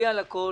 זה 400,000 שקל.